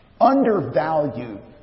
undervalued